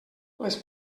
les